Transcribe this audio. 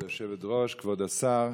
כבוד היושבת-ראש, כבוד השר,